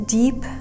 deep